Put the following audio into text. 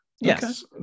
Yes